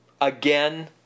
again